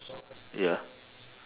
ya